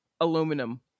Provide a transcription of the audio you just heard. aluminum